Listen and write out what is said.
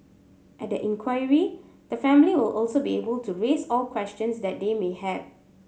at the inquiry the family will also be able to raise all questions that they may have